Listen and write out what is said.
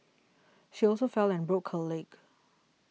she also fell and broke her leg